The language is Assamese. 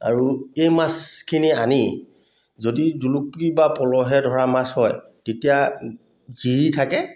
আৰু এই মাছখিনি আনি যদি জুলুকি বা পলহে ধৰা মাছ হয় তেতিয়া জী থাকে